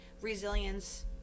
Resilience